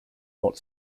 hot